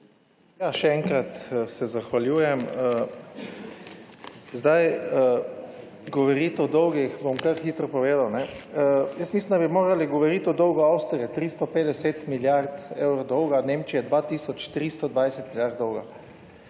Še enkrat se zahvaljujem. Govoriti o dolgih, bom kar hitro povedal. Jaz mislim, da bi morali govoriti o dolgu Avstrije 350 milijard evrov dolga, Nemčije 2 tisoč 320 milijard dolga.